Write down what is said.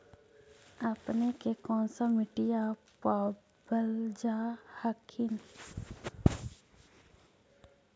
अपने के कौन सा मिट्टीया पाबल जा हखिन?